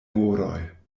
moroj